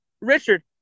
Richard